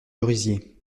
merisiers